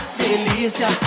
delícia